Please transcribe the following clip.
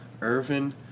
Irvin